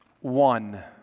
one